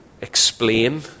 explain